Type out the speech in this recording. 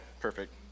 perfect